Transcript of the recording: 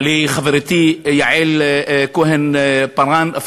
לחברתי יעל כהן-פארן,